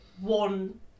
one